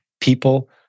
people